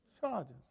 charges